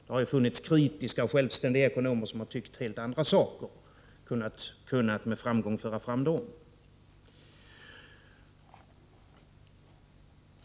Det har ju funnits kritiska och självständiga ekonomer som haft helt andra uppfattningar och som med framgång kunnat föra fram dem.